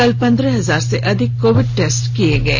कल पंद्रह हजार से अधिक कोविड टेस्ट किये गये